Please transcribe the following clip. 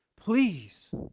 Please